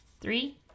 Three